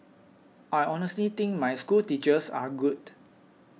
I honestly think my schoolteachers are good